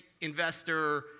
investor